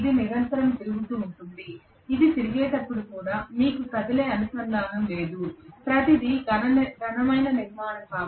ఇది నిరంతరం తిరుగుతూ ఉంటుంది అది తిరిగేటప్పుడు కూడా మీకు కదిలే అనుసంధానము లేదు ప్రతిదీ ఘన నిర్మాణం మైన నిర్మాణం